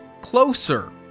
Closer